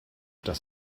das